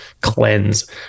cleanse